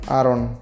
Aron